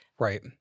Right